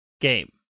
game